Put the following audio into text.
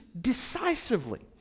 decisively